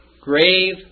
grave